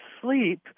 sleep